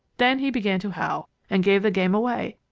then he began to howl and gave the game away.